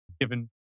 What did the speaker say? Given